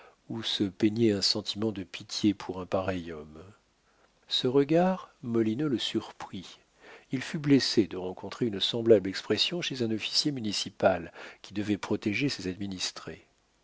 où se peignait un sentiment de pitié pour un pareil homme ce regard molineux le surprit il fut blessé de rencontrer une semblable expression chez un officier municipal qui devait protéger ses administrés